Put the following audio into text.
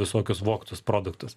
visokius vogtus produktus